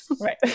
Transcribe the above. Right